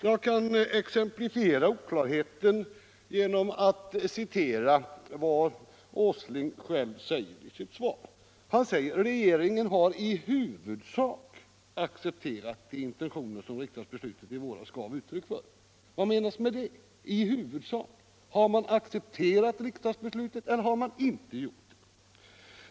Jag kan exemplifiera oklarheten genom att citera vad herr Åsling själv säger i sitt svar: ”Regeringen har i huvudsak ——-— accepterat de intentioner som riksdagsbeslutet i våras gav uttryck för.” Vad menas med det — i huvudsak? Har regeringen accepterat riksdagsbeslutet eller inte?